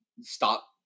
stop